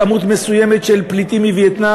פעם עשינו את זה לכמות מסוימת של פליטים מווייטנאם.